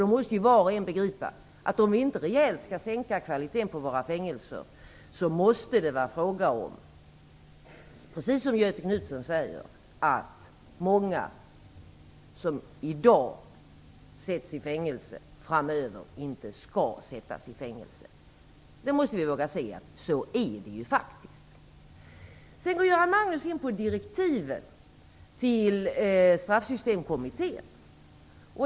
Då måste var och en begripa att om vi inte rejält skall sänka kvaliteten på våra fängelser måste det vara fråga om, precis som Göthe Knutson säger, att många som i dag sätts i fängelse framöver inte skall sättas i fängelse. Vi måste våga se att det är på det sättet. Sedan går Göran Magnusson in på direktiven till Straffsystemkommittén.